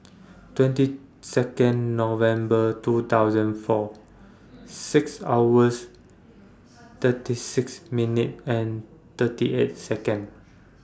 twenty two November two thousand and four six hours thirty six minute and thirty eight Second